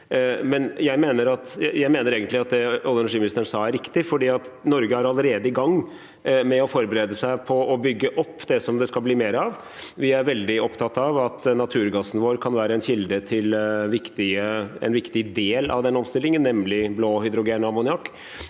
egentlig at det olje- og energiministeren sa, er riktig, for Norge er allerede i gang med å forberede seg på å bygge opp det som det skal bli mer av. Vi er veldig opptatt av at naturgassen vår kan være en kilde til en viktig del av den omstillingen, nemlig blått hydrogen og blå ammoniakk,